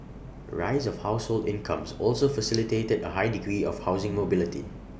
rise of household incomes also facilitated A high degree of housing mobility